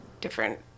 different